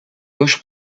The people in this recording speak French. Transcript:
gauche